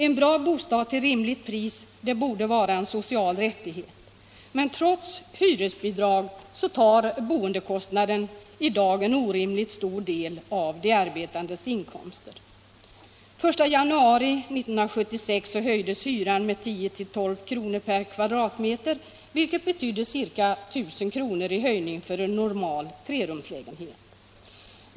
En bra bostad till ett rimligt pris borde vara en social rättighet, men trots hyresbidrag tar boendekostnaden i dag en orimligt stor del av de arbetandes inkomster. Den 1 januari 1976 höjdes hyran med 10-12 kr. per kvadratmeter vilket betydde ca 1 000 kr. i hyreshöjning för en normal trerumslägenhet.